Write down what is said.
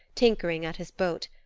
tinkering at his boat,